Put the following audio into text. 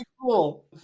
cool